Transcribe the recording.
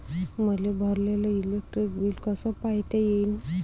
मले भरलेल electric bill कस पायता येईन?